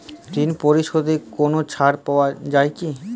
ঋণ পরিশধে কোনো ছাড় পাওয়া যায় কি?